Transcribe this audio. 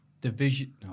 division